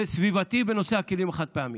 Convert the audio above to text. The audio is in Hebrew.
וסביבתי, נושא הכלים החד-פעמיים.